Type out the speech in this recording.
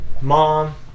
Mom